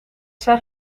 zijn